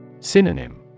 Synonym